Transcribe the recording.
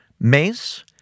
Mace